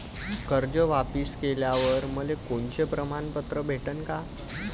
कर्ज वापिस केल्यावर मले कोनचे प्रमाणपत्र भेटन का?